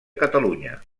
catalunya